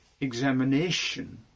examination